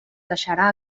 deixarà